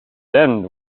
end